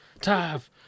Tav